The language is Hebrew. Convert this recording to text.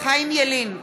חיים ילין,